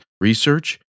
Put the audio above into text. research